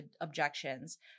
objections